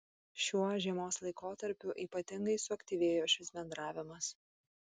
šiuo žiemos laikotarpiu ypatingai suaktyvėjo šis bendravimas